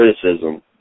criticism